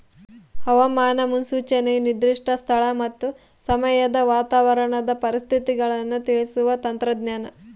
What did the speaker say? ಹವಾಮಾನ ಮುನ್ಸೂಚನೆಯು ನಿರ್ದಿಷ್ಟ ಸ್ಥಳ ಮತ್ತು ಸಮಯದ ವಾತಾವರಣದ ಪರಿಸ್ಥಿತಿಗಳನ್ನು ತಿಳಿಸುವ ತಂತ್ರಜ್ಞಾನ